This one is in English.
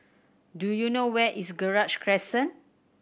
do you know where is Gerald Crescent